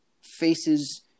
faces